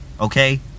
Okay